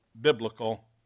biblical